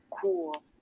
cool